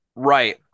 Right